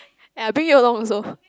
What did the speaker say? ya I bring you along also